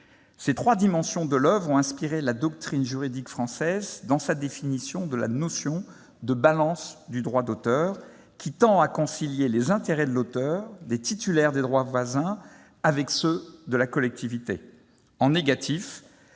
Ces trois dimensions de l'oeuvre ont inspiré la doctrine juridique française dans sa définition de la notion de balance du droit d'auteur qui tend à concilier les intérêts de l'auteur, des titulaires des droits voisins avec ceux de la collectivité.